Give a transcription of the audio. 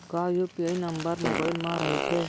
का UPI number mobile म रहिथे?